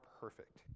perfect